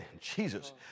Jesus